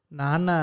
nana